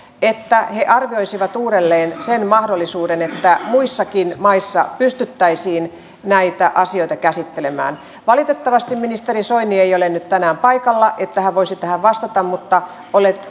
että he arvioisivat uudelleen sen mahdollisuuden että muissakin maissa pystyttäisiin näitä asioita käsittelemään valitettavasti ministeri soini ei ole nyt tänään paikalla että hän voisi tähän vastata mutta